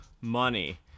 money